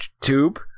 tube